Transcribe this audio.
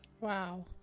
Wow